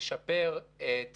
לשפר את